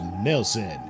nelson